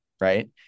right